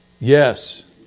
yes